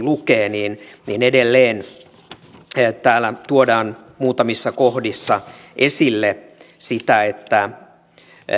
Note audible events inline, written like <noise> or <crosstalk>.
<unintelligible> lukee niin niin edelleen täällä tuodaan muutamissa kohdissa esille sitä että